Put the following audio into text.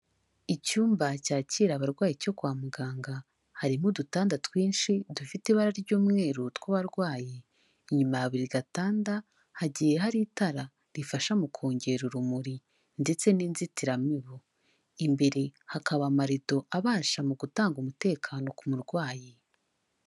Icyumba cyakira abarwayi cyo kwa muganga, harimo udutanda twinshi dufite ibara ry'umweru tw'abarwayi, inyuma ya buri gatanda hagiye hari itara rifasha mu kongera urumuri ndetse n'inzitiramibu, imbere hakaba amarido abasha mu gutanga umutekano ku murwayi.